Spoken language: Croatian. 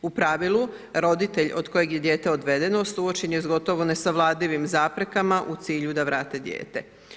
U pravilu, roditelj od kojeg je dijete odvedeno suočen je s gotovo nesavladivim zaprekama u cilju da vrate dijete.